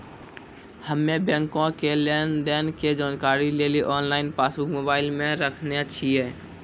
हम्मे बैंको के लेन देन के जानकारी लेली आनलाइन पासबुक मोबाइले मे राखने छिए